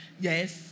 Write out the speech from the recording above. yes